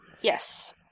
Yes